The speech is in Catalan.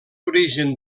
origen